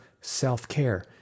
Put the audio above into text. self-care